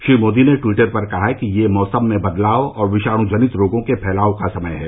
श्री मोदी ने टवीटर पर कहा कि यह मौसम में बदलाव और विषाण् जनित रोगों के फैलाव का समय है